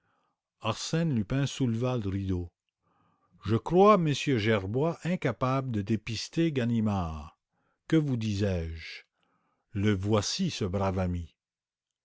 arsène lupin souleva le rideau je crois m gerbois incapable de dépister ganimard que vous disais-je le voici ce brave ami